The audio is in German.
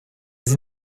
sie